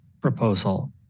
proposal